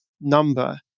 number